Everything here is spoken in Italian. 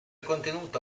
contenuto